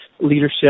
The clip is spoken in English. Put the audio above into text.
leadership